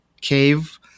cave